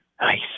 Nice